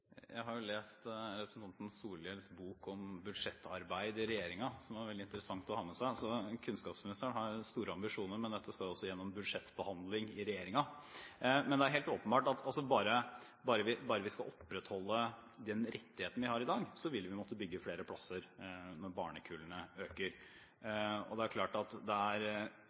Jeg har lest representanten Solhjells bok om budsjettarbeid i regjeringen, som er veldig interessant å ha med seg. Kunnskapsministeren har store ambisjoner, men dette skal også gjennom budsjettbehandling i regjeringen. Men det er helt åpenbart at bare om vi skal opprettholde den rettigheten vi har i dag, vil vi måtte bygge flere plasser når barnekullene øker. Det er umulig å se for seg at